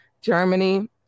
Germany